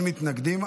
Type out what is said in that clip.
מתנגדים.